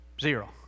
Zero